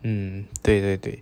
hmm 对对对